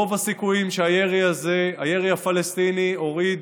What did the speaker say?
רוב הסיכויים שהירי הזה, הירי הפלסטיני, הוריד